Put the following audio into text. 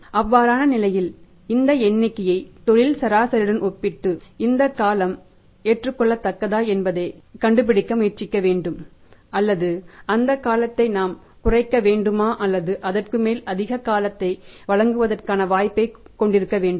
அவ்வாறான நிலையில் இந்த எண்ணிக்கையை தொழில் சராசரியுடன் ஒப்பிட்டு இந்த காலம் ஏற்றுக்கொள்ளத்தக்கதா என்பதைக் கண்டுபிடிக்க முயற்சிக்க வேண்டும் அல்லது அந்தக் காலத்தை நாம் குறைக்க வேண்டுமா அல்லது அதற்குமேல் அதிக காலத்தை வழங்குவதற்கான வாய்ப்பைக் கொண்டிருக்க வேண்டும்